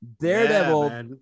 Daredevil